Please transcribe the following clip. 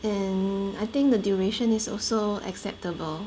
and I think the duration is also acceptable